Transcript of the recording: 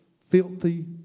filthy